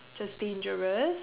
just dangerous